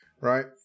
right